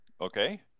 Okay